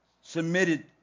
submitted